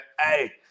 Hey